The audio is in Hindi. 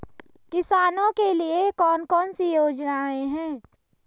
किसानों के लिए कौन कौन सी योजनाएं हैं?